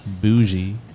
Bougie